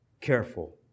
careful